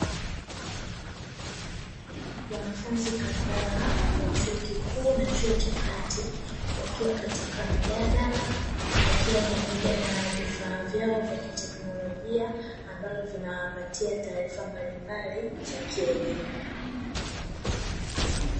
Wanafunzi kadhaa wa chuo kikuu na chuo cha kati, wakiwa katika mjadala, wakiwa pamoja na vifaa vyao vya kiteknolojia, ambazo zinawapatia taarifa mbalimbali, za kielimu.